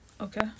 Okay